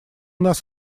нас